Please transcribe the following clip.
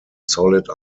solid